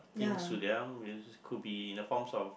things to them could be in the forms of